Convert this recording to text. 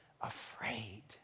afraid